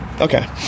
Okay